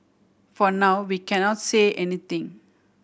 for now we cannot say anything